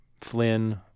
Flynn